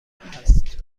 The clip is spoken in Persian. هست